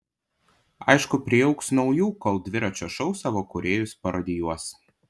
aišku priaugs naujų kol dviračio šou savo kūrėjus parodijuos